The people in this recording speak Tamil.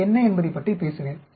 இவை என்ன என்பதைப் பற்றி பேசுவேன்